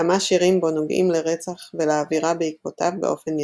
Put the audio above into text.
כמה שירים בו נוגעים לרצח ולאווירה בעקבותיו באופן ישיר.